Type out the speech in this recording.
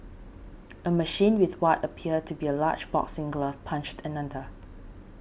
a machine with what appeared to be a large boxing glove punched another